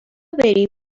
بری